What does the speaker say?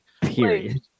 Period